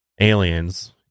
aliens